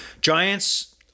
Giants